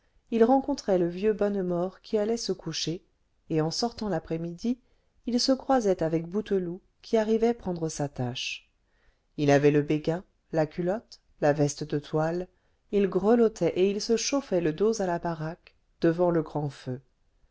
il rencontrait le vieux bonnemort qui allait se coucher et en sortant l'après-midi il se croisait avec bouteloup qui arrivait prendre sa tâche il avait le béguin la culotte la veste de toile il grelottait et il se chauffait le dos à la baraque devant le grand feu